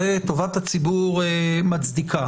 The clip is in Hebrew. את זה טובת הציבור מצדיקה.